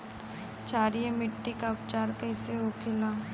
क्षारीय मिट्टी का उपचार कैसे होखे ला?